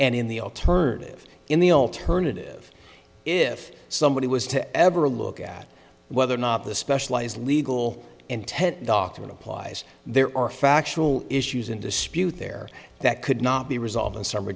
and in the alternative in the alternative if somebody was to ever look at whether or not the specialized legal intent doctrine applies there are factual issues in dispute there that could not be resolved in summ